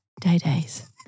Day-days